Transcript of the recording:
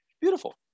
Beautiful